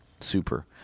super